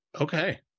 okay